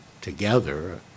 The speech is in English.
together